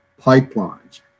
pipelines